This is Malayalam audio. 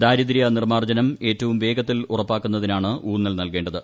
ദാരിദ്ര്യ നിർമ്മാർജ്ജനം ഏറ്റവും വേഗത്തിൽ ഉറപ്പാക്കുന്നതിനാണ് ഊന്നൽ നൽകേണ്ടത്